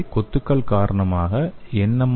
எனவே கொத்துகள் காரணமாக என்